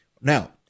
Now